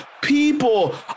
People